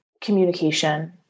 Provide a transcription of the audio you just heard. communication